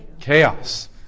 Chaos